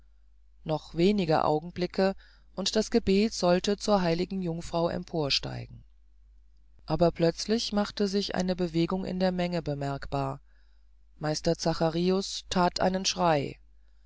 noch wenige augenblicke und das gebet sollte zur heiligen jungfrau emporsteigen aber plötzlich machte sich eine bewegung in der menge bemerkbar meister zacharius that einen schrei